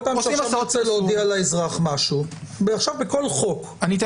כל פעם שאתה רוצה להודיע לאזרח משהו --- אני אתן דוגמה.